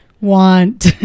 want